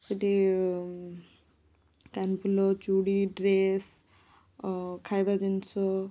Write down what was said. ସେଠି କାନଫୁଲ ଚୁଡ଼ି ଡ୍ରେସ୍ ଖାଇବା ଜିନିଷ